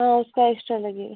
हाँ उसका एक्ष्ट्रा लगेगा